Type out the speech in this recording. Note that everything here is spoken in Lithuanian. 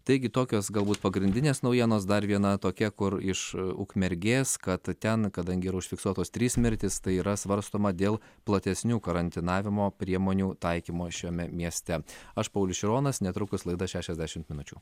taigi tokios galbūt pagrindinės naujienos dar viena tokia kur iš ukmergės kad ten kadangi yra užfiksuotos trys mirtys tai yra svarstoma dėl platesnių karantinavimo priemonių taikymo šiame mieste aš paulius šironas netrukus laida šešiasdešimt minučių